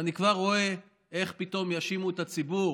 ואני כבר רואה איך פתאום יאשימו את הציבור: